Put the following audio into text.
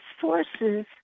forces